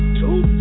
two